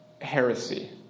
heresy